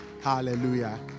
Hallelujah